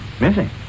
Missing